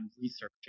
researching